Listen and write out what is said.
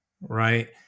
Right